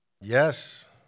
Yes